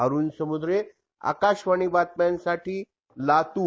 अरुण समुद्रे आकाशवाणी बातम्यांसाठी लातूर